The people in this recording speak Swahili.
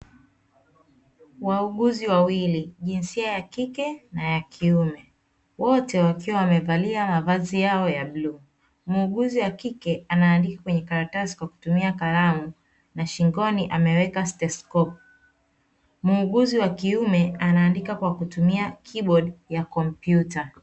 Wauguzi wawili jinsia ya kike na ya kiume wote wakiwa wamevalia mavazi yao ya bluu, mguuzi wa kike anaandika kwenye karatasi kwa kutumia karamu na shingoni ameweka stesi cop muuguzi wa kiume anaandika kwa kutumia kibodi ya kompyuta.